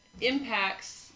impacts